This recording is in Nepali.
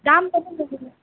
दामको चाहिँ तपाईँले